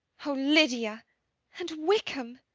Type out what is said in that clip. oh, lydia and wickham!